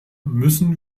müssen